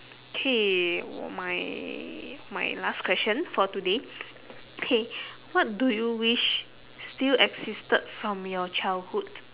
okay my my last question for today okay what do you wish still existed from your childhood